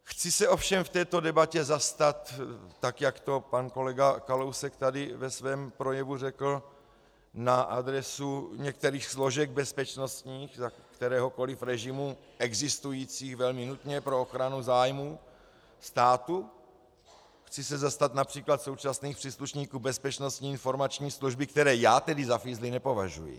Chci se ovšem v této debatě zastat, tak jak to pan kolega Kalousek tady ve svém projevu řekl na adresu některých bezpečnostních složek za kteréhokoli režimu existujících velmi nutně pro ochranu zájmů státu, chci se zastat například současných příslušníků Bezpečnostní informační služby, které já za fízly nepovažuji.